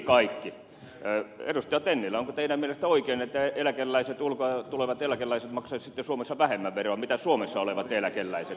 tennilä onko teidän mielestänne oikein että ulkoa tulevat eläkeläiset maksaisivat suomessa sitten vähemmän veroa kuin suomessa olevat eläkeläiset